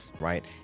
right